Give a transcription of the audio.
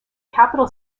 capital